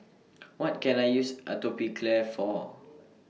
What Can I use Atopiclair For